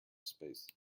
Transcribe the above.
space